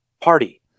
Party